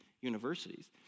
universities